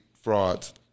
frauds